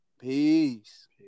Peace